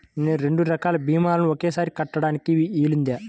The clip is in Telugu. నేను రెండు రకాల భీమాలు ఒకేసారి కట్టడానికి వీలుందా?